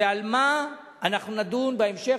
ועל מה אנחנו נדון בהמשך,